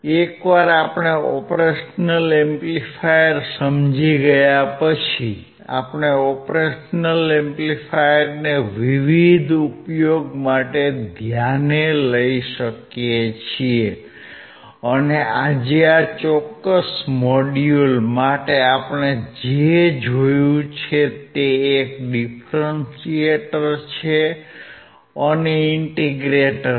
એકવાર આપણે operational amplifier સમજી ગયા પછી આપણે આ ઓપરેશનલ એમ્પ્લીફાયરને વિવિધ ઉપયોગ માટે ધ્યાને લઇ શકીએ છીએ અને આજે આ ચોક્કસ મોડ્યુલ માટે આપણે જે જોયું છે તે એક ડીફરન્શીએટર છે અને ઇન્ટીગ્રેટર છે